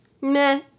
meh